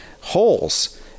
holes